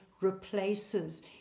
replaces